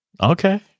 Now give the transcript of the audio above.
Okay